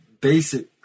basic